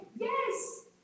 Yes